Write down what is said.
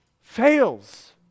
fails